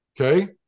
okay